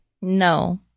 No